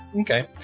Okay